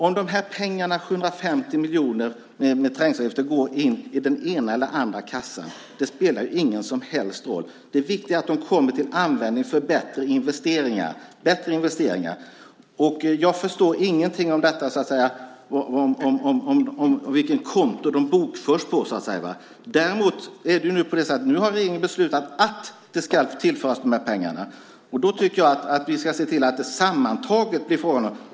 Om de här pengarna, 750 miljoner när det gäller trängselavgifter, går in i den ena eller andra kassan spelar ingen som helst roll. Det viktiga är att de kommer till användning för bättre investeringar. Jag förstår ingenting när det gäller vilket konto de bokförs på. Nu har regeringen beslutat att de här pengarna ska tillföras.